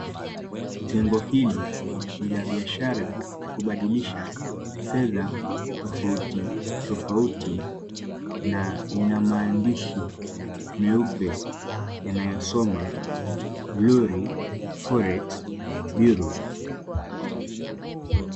Jengo hili ni la biashara la kubadilisha fedha tofauti tofauti na lina maandishi meupe yanayosoma glory forex bureau